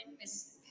Miss